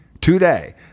Today